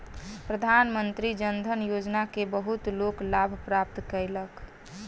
प्रधानमंत्री जन धन योजना के बहुत लोक लाभ प्राप्त कयलक